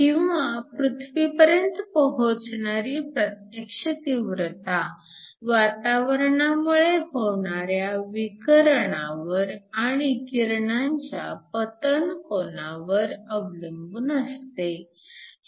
किंवा पृथ्वीपर्यंत पोहोचणारी प्रत्यक्ष तीव्रता वातावरणामुळे होणाऱ्या विकरणावर आणि किरणांच्या पतन कोनावर अवलंबून असते